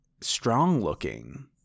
strong-looking